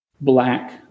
black